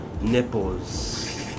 nipples